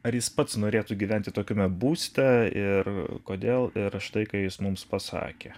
ar jis pats norėtų gyventi tokiame būste ir kodėl ir štai ką jis mums pasakė